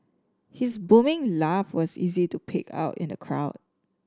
his booming laugh was easy to pick out in the crowd